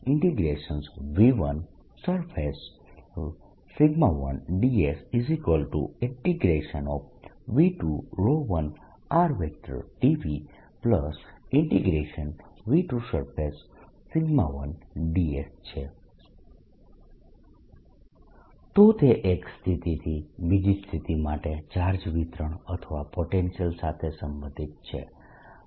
તો તે એક સ્થિતિથી બીજી સ્થિતિ માટે ચાર્જ વિતરણ અથવા પોટેન્શિયલ સાથે સંબંધિત છે